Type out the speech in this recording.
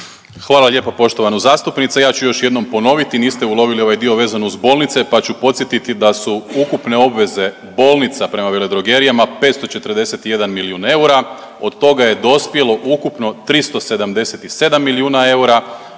Hvala lijepo poštovana zastupnice. Ja ću još jednom ponoviti. Niste ulovili ovaj dio vezano uz bolnice pa ću podsjetiti da su ukupne obveze bolnica prema veledrogerijama 541 milijun eura, od toga je dospjelo ukupno 377 milijuna eura,